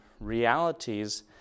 realities